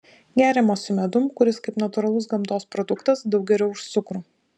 geriamas su medum kuris kaip natūralus gamtos produktas daug geriau už cukrų